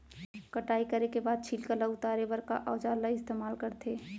कटाई करे के बाद छिलका ल उतारे बर का औजार ल इस्तेमाल करथे?